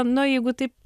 na jeigu taip